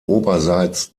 oberseits